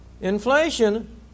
Inflation